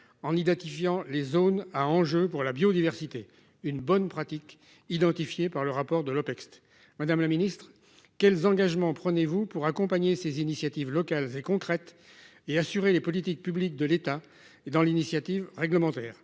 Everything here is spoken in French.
en identifiant les zones à enjeu pour la biodiversité. Une bonne pratique identifiés par le rapport de l'Opecst Madame la Ministre quels engagements prenez-vous pour accompagner ces initiatives locales et concrètes et assurer les politiques publiques de l'État et dans l'initiative réglementaire,